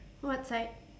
what side